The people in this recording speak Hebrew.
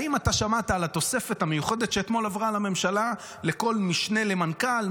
האם אתה שמעת על התוספת המיוחדת שאתמול עברה בממשלה לכל משנה למנכ"ל,